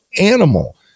animal